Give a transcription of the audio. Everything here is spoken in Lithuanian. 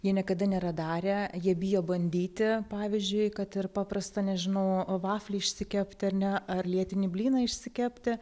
jie niekada nėra darę jie bijo bandyti pavyzdžiui kad ir paprastą nežinau vaflį išsikepti ar ne ar lietinį blyną išsikepti